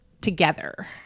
together